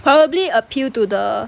probably appeal to the